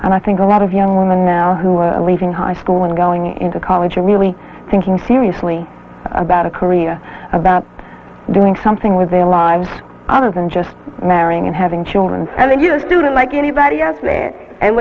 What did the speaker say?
and i think a lot of young women now who are leaving high school and going into college are really thinking seriously about a career about doing something with their lives other than just marrying and having children and then your student like anybody else and